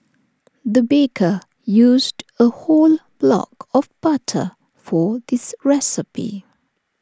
the baker used A whole block of butter for this recipe